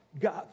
God